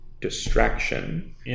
distraction